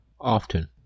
Often